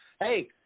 hey